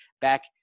back